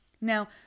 now